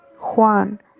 Juan